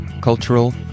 cultural